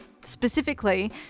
Specifically